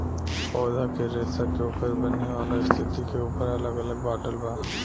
पौधा के रेसा के ओकर बनेवाला स्थिति के ऊपर अलग अलग बाटल बा